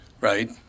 right